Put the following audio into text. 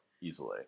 easily